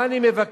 מה אני מבקש?